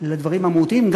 גם לדברים המהותיים,